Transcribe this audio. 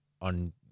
on